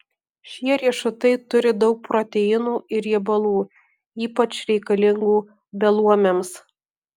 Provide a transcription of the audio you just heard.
šie riešutai turi daug proteinų ir riebalų ypač reikalingų beluomiams